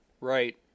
Right